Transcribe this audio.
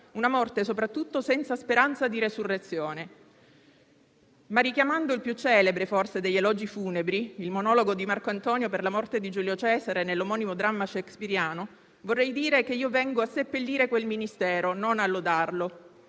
una morte soprattutto senza speranza di resurrezione. Richiamando il più celebre forse degli elogi funebri, il monologo di Marco Antonio per la morte di Giulio Cesare nell'omonimo dramma shakespeariano, vorrei dire che io vengo a seppellire quel Ministero, non a lodarlo.